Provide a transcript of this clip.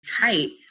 tight